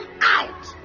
out